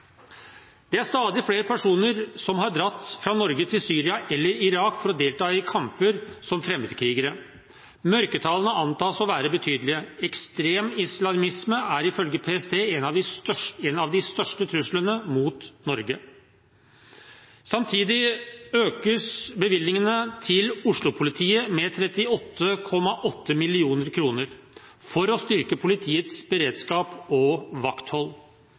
Det er stadig flere personer som har dratt fra Norge til Syria eller Irak for å delta i kamper som fremmedkrigere. Mørketallene antas å være betydelige. Ekstrem islamisme er ifølge PST en av de største truslene mot Norge. Samtidig økes bevilgningene til Oslo-politiet med 38,8 mill. kr for å styrke politiets beredskap og vakthold.